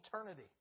eternity